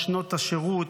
שנות השירות,